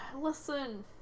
listen